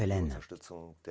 end of the so